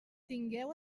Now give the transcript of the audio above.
tingueu